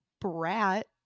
brat